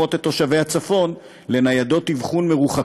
ישראל בלהבות ל"ג בעומר בשכונת מאה שערים.